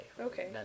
okay